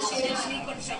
שנים בצבא